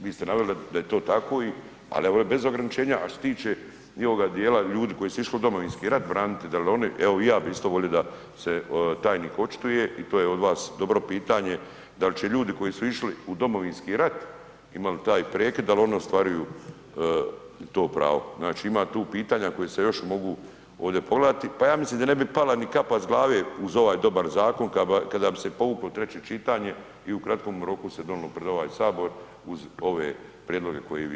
Vi ste naveli da je to tako i, al ja bi volio bez ograničenja, a što se tiče i ovoga dijela ljudi koji su išli u domovinski rat braniti, dal oni, evo i ja bi isto volio da se tajnik očituje i to je od vas dobro pitanje dal će ljudi koji su išli u domovinski rat, imali taj prekid, dal oni ostvaruju to pravo, znači ima tu pitanja koji se još mogu ovdje pogledati, pa ja mislim da ne bi pala ni kapa s glave uz ovaj dobar zakon kada bi se povuklo treće čitanje i u kratkom roku se donilo prid ovaj Sabor uz ove prijedloge koje i vi dajete.